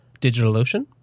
DigitalOcean